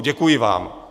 Děkuji vám. .